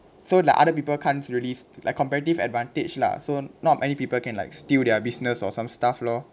so like other people can't really like competitive advantage lah so not many people can like steal their business or some stuff lor